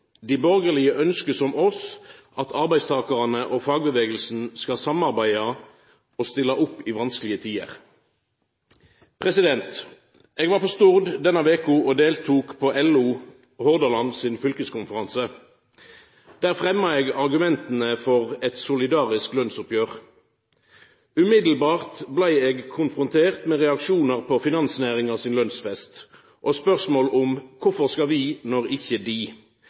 Dei borgarlege ønskjer som oss, at arbeidstakarane og fagbevegelsen skal samarbeida og stilla opp i vanskelege tider. Eg var på Stord denne veka og deltok på LO Hordaland sin fylkeskonferanse. Der fremma eg argumenta for eit solidarisk lønsoppgjer. Umiddelbart blei eg konfrontert med reaksjonar på finansnæringa sin lønsfest, og spørsmål om kvifor skal vi, når ikkje dei